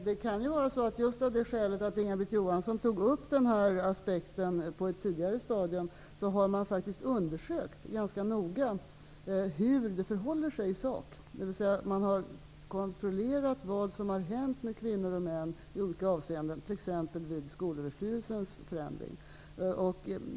Herr talman! Det kan vara så att just av det skälet att Inga-Britt Johansson tog upp den här aspekten på ett tidigare stadium har man faktiskt ganska noga undersökt hur det förhåller sig i sak. Man har kontrollerat vad som har hänt med kvinnor och män i olika avseenden, t.ex. vid förändringen av Skolöverstyrelsen.